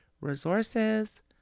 resources